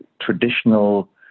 traditional